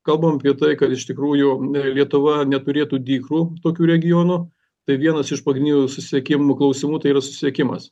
kalbam apie tai kad iš tikrųjų lietuva neturėtų dykrų tokių regionų tai vienas iš pagrindinių susisiekimų klausimų tai ir susisiekimas